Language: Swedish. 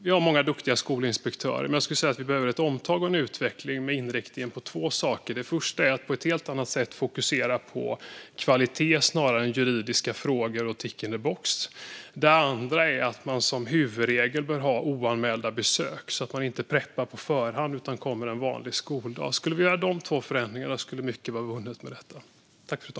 Vi har många duktiga skolinspektörer, men jag skulle säga att vi behöver ett omtag och en utveckling med inriktningen på två saker. Den första är att på ett helt annat sätt fokusera på kvalitet snarare än på juridiska frågor och "ticking the box". Den andra är att man som huvudregel bör ha oanmälda besök, så att man inte förbereder på förhand utan kommer en vanlig skoldag. Om vi skulle göra dessa två förändringar skulle mycket vara vunnet.